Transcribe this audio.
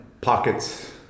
pockets